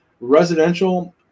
residential